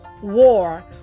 War